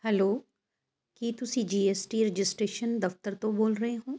hello ਕੀ ਤੁਸੀਂ GST registration ਦਫਤਰ ਤੋਂ ਬੋਲ ਰਹੇ ਹੋ